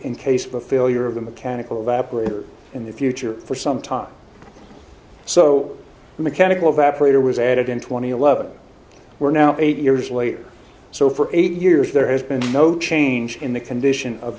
in case of a failure of the mechanical evaporator in the future for some time so mechanical evaporator was added in two thousand and eleven we're now eight years later so for eight years there has been no change in the condition of